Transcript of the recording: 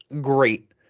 Great